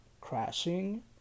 crashing